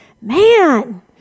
Man